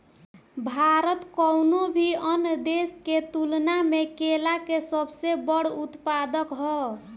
भारत कउनों भी अन्य देश के तुलना में केला के सबसे बड़ उत्पादक ह